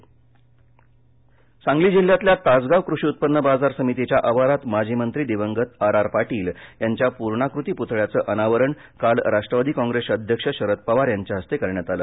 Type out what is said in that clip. सांगली सांगली जिल्ह्यातल्या तासगाव कृषी उत्पन्न बाजार समितीच्या आवारात माजी मंत्री दिवंगत आर आर पाटील यांच्या पूर्णाकृती प्तळ्याचं अनावरण काल राष्ट्रवादी कॉप्रेसचे अध्यक्ष शरद पवार यांच्या हस्ते करण्यात आलं